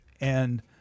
and-